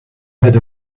had